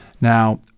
Now